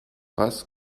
was